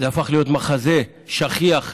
זה הפך להיות מחזה שכיח במחוזותינו.